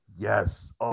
Yes